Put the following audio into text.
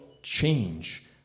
Change